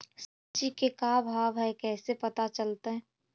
सब्जी के का भाव है कैसे पता चलतै?